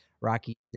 Rocky